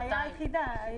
הבעיה היחידה,